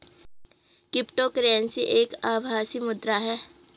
crypto currency एक आभासी मुद्रा है